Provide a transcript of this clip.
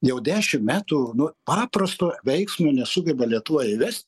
jau dešim metų nu paprasto veiksmo nesugeba lietuvoje įvest